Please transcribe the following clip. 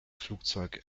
flugzeug